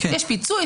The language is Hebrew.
יש פיצוי,